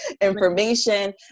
information